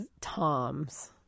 Toms